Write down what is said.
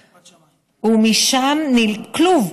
כלוב,